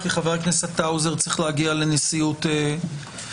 כי חבר הכנסת האוזר צריך להגיע לנשיאות הבית.